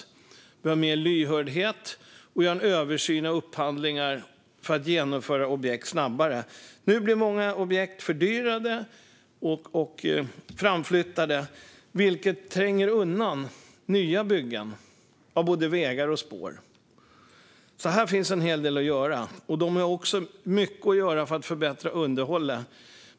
Det behövs mer lyhördhet och en översyn av upphandlingar för att objekt ska genomföras snabbare. Nu blir många objekt fördyrade och framflyttade, vilket tränger undan nya byggen av både vägar och spår. Här finns alltså en hel del att göra, och det finns också mycket att göra för att förbättra underhållet.